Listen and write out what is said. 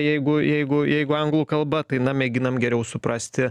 jeigu jeigu jeigu anglų kalba tai na mėginam geriau suprasti